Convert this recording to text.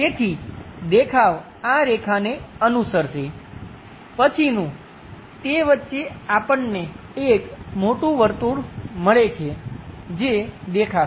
તેથી દેખાવ આ રેખાને અનુસરસે પછીનું તે વચ્ચે આપણને એક મોટું વર્તુળ મળે છે જે દેખાશે